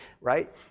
right